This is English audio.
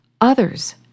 others